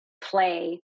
play